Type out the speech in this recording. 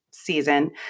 Season